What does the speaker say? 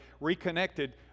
reconnected